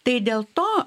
tai dėl to